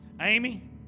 Amy